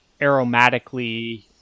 aromatically